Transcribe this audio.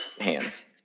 hands